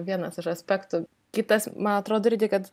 vienas iš aspektų kitas man atrodo irgi kad